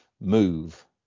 move